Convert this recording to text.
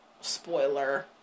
spoiler